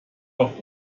auch